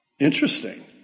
Interesting